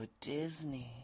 disney